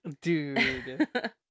Dude